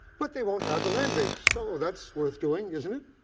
but they won't have the land base. so that's worth doing, isn't it?